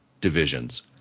divisions